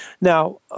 Now